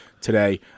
today